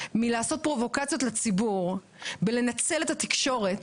מלעשות פרובוקציות לציבור ומלנצל את התקשורת,